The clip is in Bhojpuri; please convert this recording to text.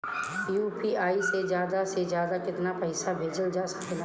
यू.पी.आई से ज्यादा से ज्यादा केतना पईसा भेजल जा सकेला?